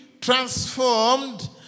transformed